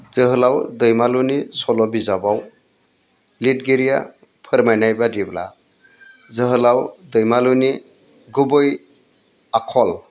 जोहोलाव दैमालुनि सल' बिजाबाव लिरगिरिया फोरमायनाय बायदिब्ला जोहोलाव दैमालुनि गुबै आखल